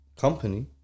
company